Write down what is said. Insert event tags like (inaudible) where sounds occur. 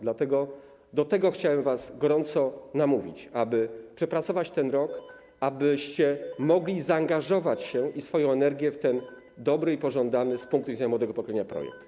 Dlatego do tego chciałem was gorąco namówić, aby przepracować ten (noise) rok, abyście mogli zaangażować się i swoją energię w ten dobry i pożądany z punktu widzenia młodego pokolenia projekt.